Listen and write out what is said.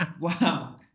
Wow